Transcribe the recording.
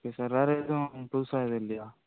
okay sir வேறு எதுவும் புதுசாக எதுவும் இல்லையா